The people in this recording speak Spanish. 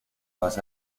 más